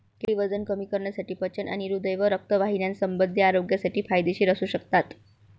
केळी वजन कमी करण्यासाठी, पचन आणि हृदय व रक्तवाहिन्यासंबंधी आरोग्यासाठी फायदेशीर असू शकतात